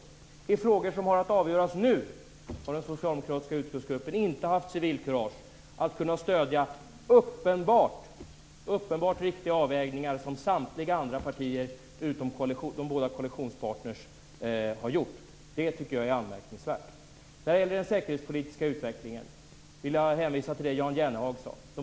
Vad gäller de frågor som har att avgöras nu har den socialdemokratiska utskottsgruppen inte haft civilkurage att stödja uppenbart riktiga avvägningar som samtliga andra partier utom de båda parterna i koalitionen har gjort. Det är anmärkningsvärt. När det gäller den säkerhetspolitiska utvecklingen vill jag hänvisa till det Jan Jennehag sade.